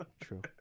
true